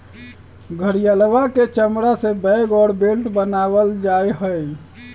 घड़ियलवा के चमड़ा से बैग और बेल्ट बनावल जाहई